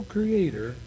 Creator